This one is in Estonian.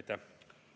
Aitäh